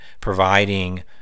providing